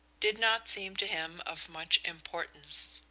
did not seem to him of much importance.